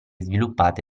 sviluppate